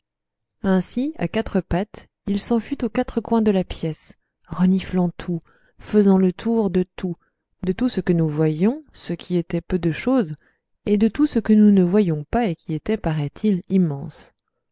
ainsi à quatre pattes il s'en fut aux quatre coins de la pièce reniflant tout faisant le tour de tout de tout ce que nous voyions ce qui était peu de chose et de tout ce que nous ne voyions pas et qui était paraît-il immense